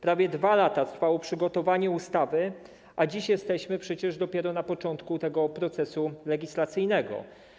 Prawie 2 lata trwało przygotowanie ustawy, a dziś jesteśmy przecież dopiero na początku tego procesu legislacyjnego.